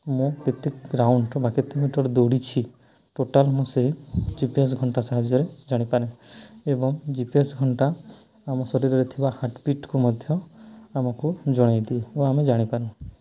ମୁଁ ପ୍ରତ୍ୟେକ ରାଉଣ୍ଡ ବା କେତେ ମିଟର ଦୌଡ଼ିଛି ଟୋଟାଲ୍ ମୁଁ ସେ ଜି ପି ଏସ୍ ଘଣ୍ଟା ସାହାଯ୍ୟରେ ଜାଣିପାରେ ଏବଂ ଜି ପି ଏସ୍ ଘଣ୍ଟା ଆମ ଶରୀରରେ ଥିବା ହାର୍ଟବିଟ୍କୁ ମଧ୍ୟ ଆମକୁ ଜଣାଇ ଦିଏ ଏବଂ ଆମେ ଜାଣିପାରୁ